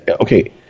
okay